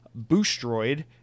Boostroid